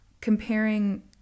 comparing